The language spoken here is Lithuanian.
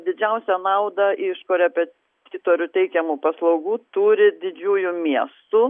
didžiausią naudą iš korepetitorių teikiamų paslaugų turi didžiųjų miestų